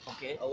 Okay